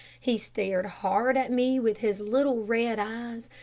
he stared hard at me with his little, red eyes,